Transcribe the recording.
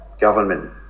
government